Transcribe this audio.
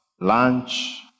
lunch